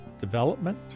Development